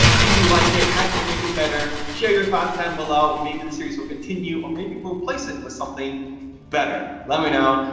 do you like it? how can we make it better? share your thoughts down below. maybe the series will continue or maybe we'll replace it with something better. let me know.